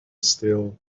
still